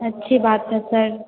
अच्छी बात है सर